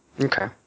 Okay